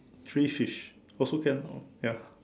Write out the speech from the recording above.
three fish also can oh ya